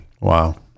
Wow